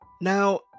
Now